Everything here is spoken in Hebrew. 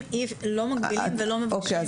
לא מגבילים ולא מבקשים --- אוקיי,